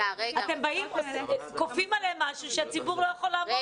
אתם באים וכופים עליהם משהו שהציבור לא יכול לעמוד בו.